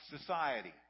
society